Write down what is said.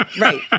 Right